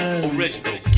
Original